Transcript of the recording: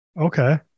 okay